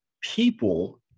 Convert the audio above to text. people